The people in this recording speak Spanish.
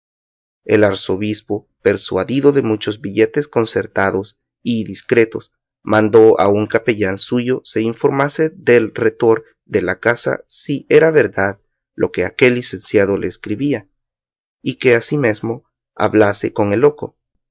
el arzobispo persuadido de muchos billetes concertados y discretos mandó a un capellán suyo se informase del retor de la casa si era verdad lo que aquel licenciado le escribía y que asimesmo hablase con el loco